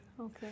Okay